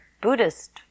Buddhist